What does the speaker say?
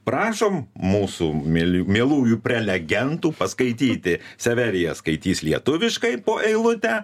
prašom mūsų mieli mielųjų prelegentų paskaityti severija skaitys lietuviškai po eilutę